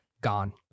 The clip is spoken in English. gone